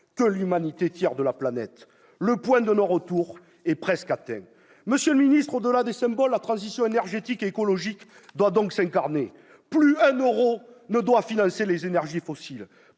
que l'humanité tire de la planète. Le point de non-retour est presque atteint. Monsieur le ministre d'État, au-delà des symboles, la transition énergétique et écologique doit donc s'incarner. Plus un euro ne doit financer les énergies fossiles